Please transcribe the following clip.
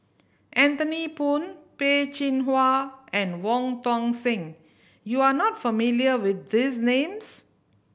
Anthony Poon Peh Chin Hua and Wong Tuang Seng you are not familiar with these names